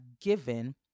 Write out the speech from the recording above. given